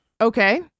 Okay